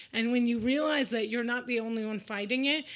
and when you realize that you're not the only one fighting it,